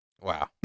wow